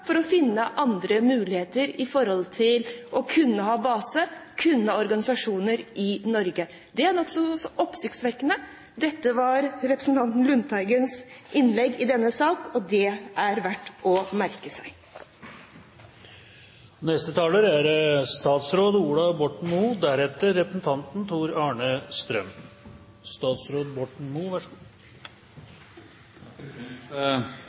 for å finne andre muligheter for å kunne ha base og kunne ha organisasjoner i Norge. Dette er nokså oppsiktsvekkende. Dette var fra representanten Lundteigens innlegg i denne sak, og det er det verdt å merke seg.